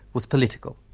was political,